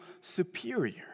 superior